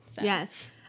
yes